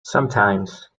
sometimes